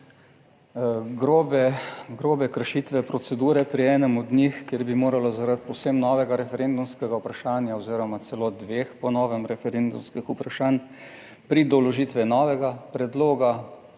grobe kršitve procedure pri enem od njih, kjer bi moralo zaradi povsem novega referendumskega vprašanja oziroma celo dveh po novem referendumskih vprašanj priti do vložitve novega predloga,